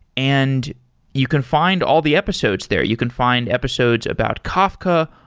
and you can find all the episodes there. you can find episodes about kafka,